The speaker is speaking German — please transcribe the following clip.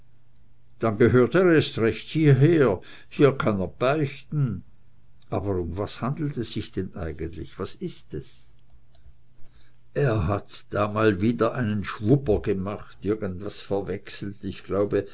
dann gehört er erst recht hierher hier kann er beichten aber um was handelt es sich denn eigentlich was ist es er hat da mal wieder einen schwupper gemacht irgendwas verwechselt ich glaube